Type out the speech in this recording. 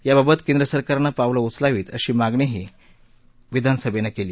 याबाबत केंद्र सरकारनं पावलं उचलावीत अशी मागणीही विधानसभेनं केली